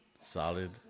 solid